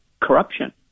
corruption